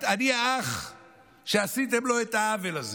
אני האח שעשיתם לו את העוול הזה.